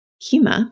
Humor